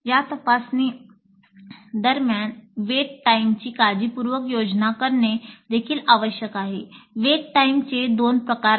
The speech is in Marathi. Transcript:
या तपासणी दरम्यान वेट टाईमची दोन प्रकार आहेत